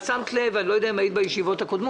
שמת לב אני לא יודע אם היית בישיבות הקודמות